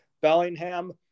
Bellingham